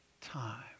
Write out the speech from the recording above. time